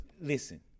Listen